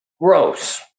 gross